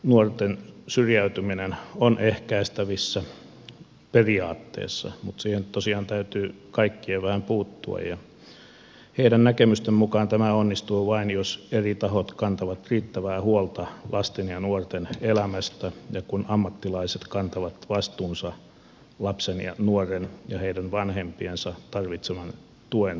nuorten syrjäytyminen on ehkäistävissä periaatteessa mutta siihen tosiaan täytyy kaikkien vähän puuttua ja heidän näkemystensä mukaan tämä onnistuu vain jos eri tahot kantavat riittävää huolta lasten ja nuorten elämästä ja kun ammattilaiset kantavat vastuunsa lapsen ja nuoren ja heidän vanhempiensa tarvitseman tuen tarjoamisesta